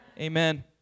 Amen